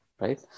Right